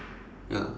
ya